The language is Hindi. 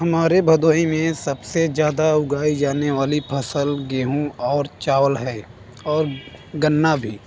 हमारे भदोही में सब से ज़्यादा उगाई जाने वाली फ़सल गेहूं और चावल है और गन्ना भी